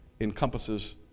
encompasses